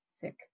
thick